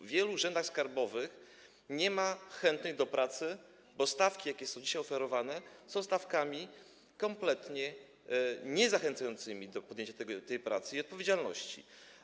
W wielu urzędach skarbowych nie ma chętnych do pracy, bo stawki, jakie są dzisiaj oferowane, są stawkami kompletnie niezachęcającymi do podjęcia tej pracy i odpowiedzialności.